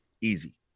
Easy